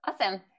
Awesome